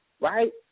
right